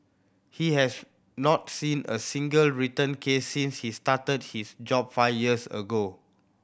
he has not seen a single return case since he started his job five years ago